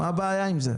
מה הבעיה עם זה?